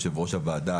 יושבת-ראש הוועדה,